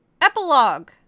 Epilogue